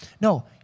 No